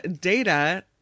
data